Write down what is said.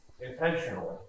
intentionally